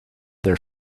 their